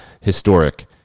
historic